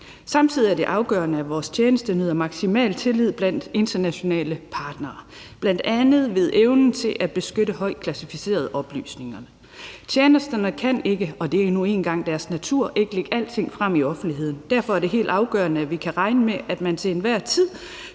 Samtidig er det afgørende, at vores tjenester nyder maksimal tillid blandt internationale partnere, bl.a. ved evnen til at beskytte højt klassificerede oplysninger. Tjenesterne kan ikke, og det er nu engang deres natur, ikke lægge alting frem i offentligheden. Derfor er det helt afgørende, at vi kan regne med, at man til enhver tid